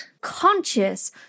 conscious